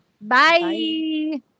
Bye